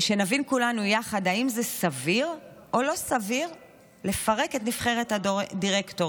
שנבין כולנו יחד אם זה סביר או לא סביר לפרק את נבחרת הדירקטורים.